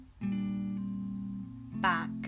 back